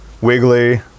Wiggly